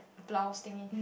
blouse thingie